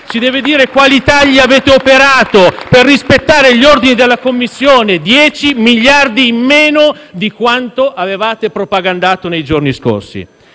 Ci deve dire quali tagli avete operato per rispettare gli ordini della Commissione europea: 10 miliardi in meno di quanto avevate propagandato nei giorni scorsi.